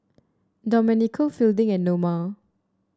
Domenico Fielding and Noma